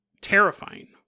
terrifying